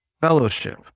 fellowship